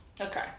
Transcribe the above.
Okay